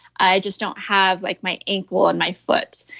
i just don't have like my ankle and my foot.